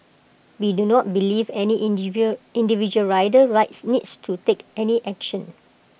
we do not believe any individual rider needs to take any action